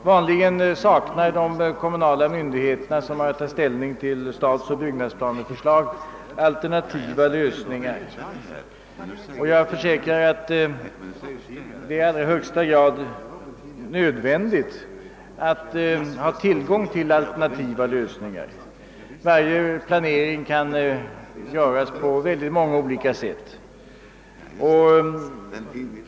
Vanligen saknar de kommunala myndigheter, som har att ta ställning till stadsoch byggnadsplaneförslag, alternativa lösningar, och jag försäkrar att det i allra högsta grad är nödvändigt att ha tillgång till sådana. Varje planering kan göras på en mängd olika sätt.